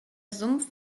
sumpf